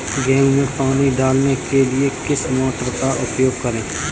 गेहूँ में पानी डालने के लिए किस मोटर का उपयोग करें?